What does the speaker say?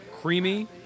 creamy